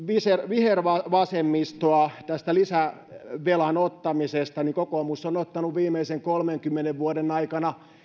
vihervasemmistoa tästä lisävelan ottamisesta niin kokoomus on ottanut viimeisen kolmenkymmenen vuoden aikana